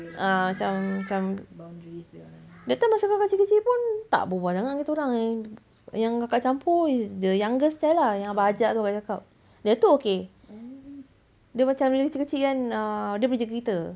ah macam that time masa kakak kecil-kecil pun tak berbual sangat dengan dia orang yang kakak campur is the youngest child lah yang abang ajak tu kakak cakap yang tu okay dia macam dulu kecil-kecil kan ah dia boleh jaga kita